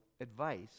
advice